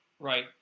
Right